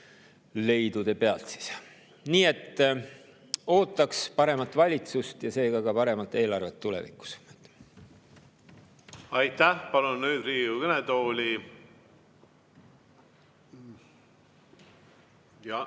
leidude pealt. Nii et ootaks paremat valitsust ja seega ka paremat eelarvet tulevikus. Aitäh! Aitäh! Palun nüüd Riigikogu kõnetooli …